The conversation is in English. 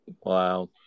Wow